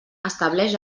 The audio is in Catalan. estableix